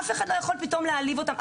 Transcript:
אף אחד לא ינדה ויעליב אותם.